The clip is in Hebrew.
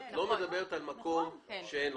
את לא מדברת על מקום שאין לו.